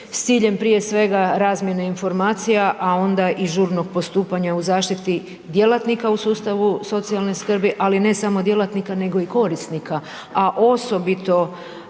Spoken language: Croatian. s ciljem, prije svega, razmjene informacija, a onda i žurnog postupanja u zaštiti djelatnika u sustavu socijalne skrbi, ali ne samo djelatnika, nego i korisnika, a osobito